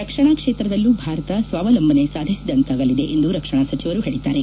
ರಕ್ಷಣಾ ಕ್ಷೇತ್ರದಲ್ಲೂ ಭಾರತ ಸ್ವಾವಲಂಬನೆ ಸಾಧಿಸಿದಂತಾಗಲಿದೆ ಎಂದು ರಕ್ಷಣಾ ಸಚಿವರು ಹೇಳಿದ್ದಾರೆ